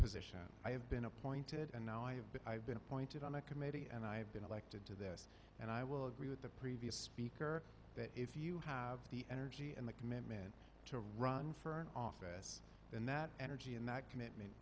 position i have been appointed and now i have been i've been appointed on a committee and i've been elected to this and i will agree with the previous speaker that if you have the energy and the commitment to run for office and that energy and that commitment